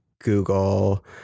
Google